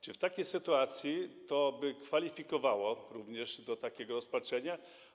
Czy w takiej sytuacji to by kwalifikowało również do takiego rozpatrzenia?